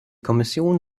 kommission